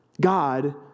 God